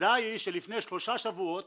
עובדה היא שלפני שלושה שבועות